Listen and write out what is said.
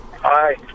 hi